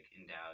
endowed